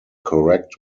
correct